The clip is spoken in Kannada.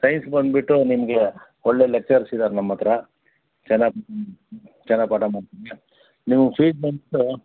ಸೈನ್ಸ್ ಬಂದುಬಿಟ್ಟು ನಿಮಗೆ ಒಳ್ಳೆಯ ಲೆಕ್ಚರರ್ಸ್ ಇದ್ದಾರೆ ನಮ್ಮ ಹತ್ರ ಚೆನ್ನಾಗಿ ಚೆನ್ನಾಗಿ ಪಾಠ ಮಾಡ್ತಾರೆ ನೀವು ಫೀಸ್ ಬಂದುಬಿಟ್ಟು